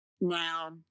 Now